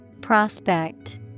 Prospect